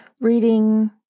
reading